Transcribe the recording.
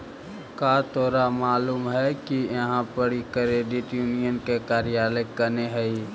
का तोरा मालूम है कि इहाँ पड़ी क्रेडिट यूनियन के कार्यालय कने हई?